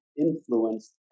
influenced